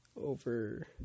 over